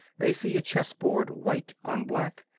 they see a chess-board white on black,